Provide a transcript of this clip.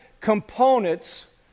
components